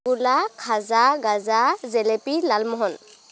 গোল্লা খাজা গাজা জেলেপী লালমোহন